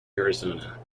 arizona